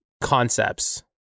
concepts